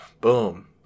boom